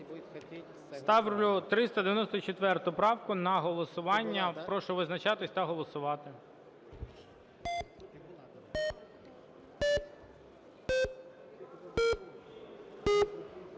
Ставлю на голосування. Прошу визначатись та голосувати.